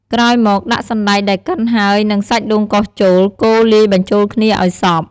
ក្រោយមក ដាក់សណ្ដែកដែលកិនហើយ និងសាច់ដូងកោសចូល កូរលាយបញ្ចូលគ្នាឲ្យសព្វ។